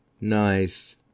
Nice